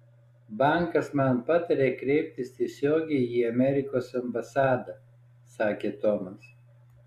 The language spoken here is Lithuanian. bankas man patarė kreiptis tiesiogiai į amerikos ambasadą sakė tomas